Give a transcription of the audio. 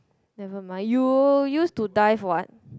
never mind you used to dive what